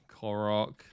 Korok